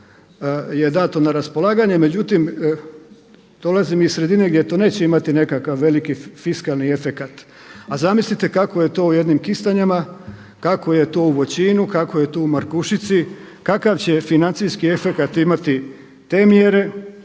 je dato na raspolaganje. Međutim, dolazim iz sredine gdje to neće imati nekakav veliki fiskalni efekat. A zamislite kako je to u jednim Kistanjama, kako je to u Voćinu, kako je to u Markušici, kakav će financijski efekat imati te mjere